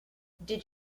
did